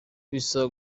bisa